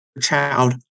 child